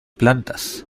plantas